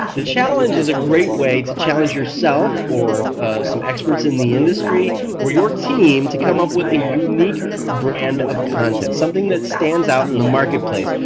the challenge is a great way to challenge yourself or some experts in the industry or your team to come up with a unique brand of content, something that stands out in the marketplace.